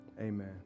Amen